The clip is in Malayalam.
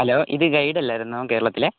ഹലോ ഇത് ഗയിഡ് അല്ലായിരുന്നോ കേരളത്തിലെ